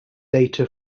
data